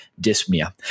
dyspnea